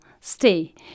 stay